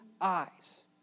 eyes